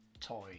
toy